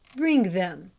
bring them,